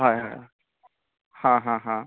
हय हय हय हा हा हा